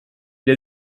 der